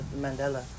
Mandela